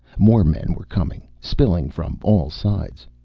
more men were coming, spilling from all sides.